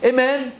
Amen